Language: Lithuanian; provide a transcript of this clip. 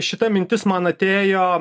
šita mintis man atėjo